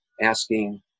asking